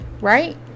right